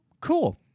cool